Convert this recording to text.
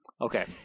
Okay